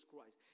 Christ